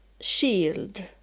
shield